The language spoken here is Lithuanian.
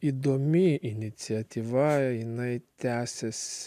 įdomi iniciatyva jinai tęsiasi